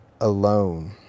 alone